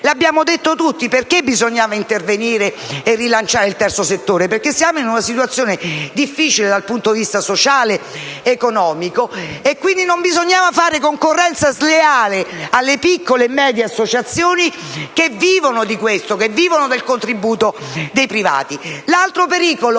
L'abbiamo detto tutti: perché bisognava intervenire per rilanciare il terzo settore? Perché siamo in una situazione difficile dal punto di vista sociale ed economico e quindi non bisognava fare concorrenza sleale alle piccole e medie associazioni che vivono del contributo dei privati. L'altro pericolo